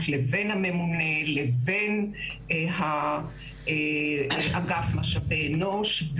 לבין הממונה לבין אגף משאבי אנוש,